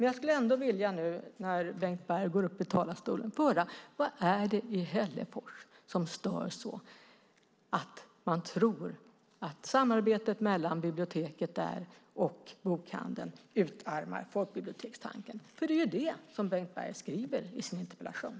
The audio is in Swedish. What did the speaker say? Jag skulle vilja att Bengt Berg i sitt sista inlägg förklarade vad i Hällefors det är som stör så mycket att man tror att samarbetet mellan biblioteket och bokhandeln utarmar folkbibliotekstanken. Det är nämligen vad Bengt Berg skriver i sin interpellation.